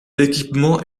équipement